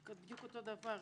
זה בדיוק אותו דבר.